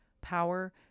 power